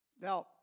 Now